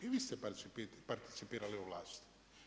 I vi ste participirali u vlasti.